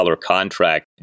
contract